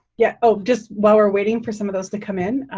yeah, oh, just while we're waiting for some of those to come in,